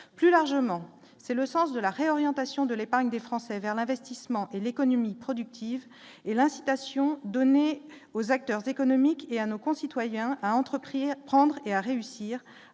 plus largement, c'est le sens de la réorientation de l'épargne des Français vers l'investissement et l'économie productive et l'incitation donnée aux acteurs économiques et à nos concitoyens, a entrepris à prendre et à réussir